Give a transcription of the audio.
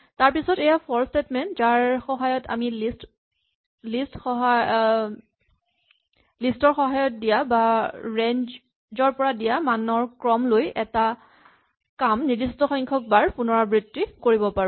তাৰপাছত এয়া for statement যাৰ সহায়ত আমি লিষ্ট ৰ সহায়ত দিয়া বা ৰেঞ্জ ৰ পৰা দিয়া মানৰ ক্ৰম লৈ এটা কাম নিৰ্দিষ্ট সংখ্যক বাৰ পুণৰাবৃত্তি কৰিব পাৰো